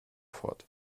fort